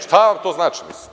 Šta vam to znači?